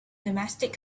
domestic